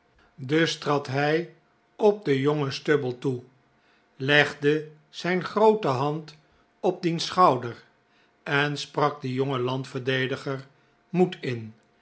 dus trad hij op den jongen stubble toe legde zijn groote hand op diens schouder en sprak dien jongen landverdediger moed in